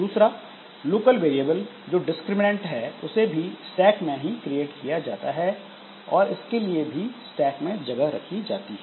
दूसरा local variable जो discriminant है उसे भी स्टैक में ही क्रिएट किया जाता है और इसके लिए भी स्टैक में जगह रखी जाती है